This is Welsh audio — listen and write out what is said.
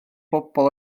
bobl